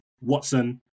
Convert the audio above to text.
Watson